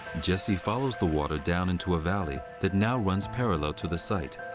jesse follows the water down into a valley that now runs parallel to the site.